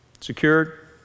Secured